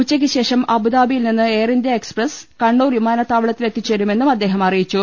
ഉച്ചക്ക് ശേഷം അബുദാബിയിൽ നിന്ന് എയർഇന്ത്യാ എക്സ്പ്രസ് കണ്ണൂർ വിമാനത്താവളത്തിൽ എത്തുച്ചേരുമെന്നും അദ്ദേഹം അറിയിച്ചു